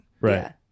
right